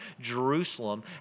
Jerusalem